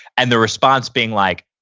and the response being like,